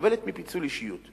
סובלת מפיצול אישיות,